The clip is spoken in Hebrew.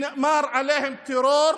ונאמר עליהם שהם "טרור",